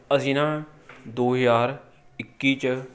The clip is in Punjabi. ਅਸੀਂ ਨਾ ਦੋ ਹਜ਼ਾਰ ਇੱਕੀ 'ਚ